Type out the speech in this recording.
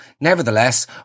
Nevertheless